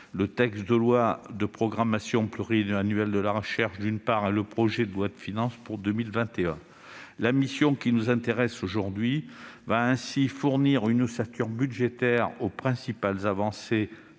le texte de loi de programmation de la recherche et le projet de loi de finances pour 2021. La mission qui nous intéresse aujourd'hui va ainsi fournir une ossature budgétaire aux principales avancées